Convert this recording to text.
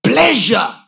Pleasure